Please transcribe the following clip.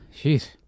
Jeez